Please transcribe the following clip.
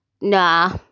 Nah